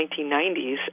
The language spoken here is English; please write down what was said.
1990s